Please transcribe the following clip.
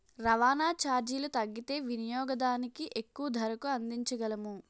రవాణా చార్జీలు తగ్గితే వినియోగదానికి తక్కువ ధరకు అందించగలము